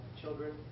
children